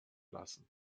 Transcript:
lassen